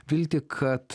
viltį kad